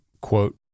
quote